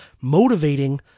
motivating